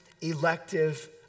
elective